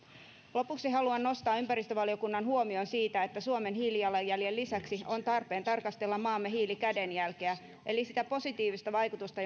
lopuksi haluan nostaa ympäristövaliokunnan huomion siitä että suomen hiilijalanjäljen lisäksi on tarpeen tarkastella maamme hiilikädenjälkeä eli sitä positiivista vaikutusta